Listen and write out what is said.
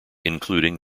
including